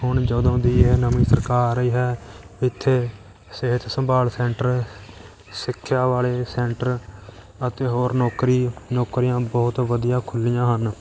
ਹੁਣ ਜਦੋਂ ਦੀ ਇਹ ਨਵੀਂ ਸਰਕਾਰ ਆਈ ਹੈ ਇੱਥੇ ਸਿਹਤ ਸੰਭਾਲ ਸੈਂਟਰ ਸਿੱਖਿਆ ਵਾਲੇ ਸੈਂਟਰ ਅਤੇ ਹੋਰ ਨੌਕਰੀ ਨੌਕਰੀਆਂ ਬਹੁਤ ਵਧੀਆ ਖੁੱਲ੍ਹੀਆਂ ਹਨ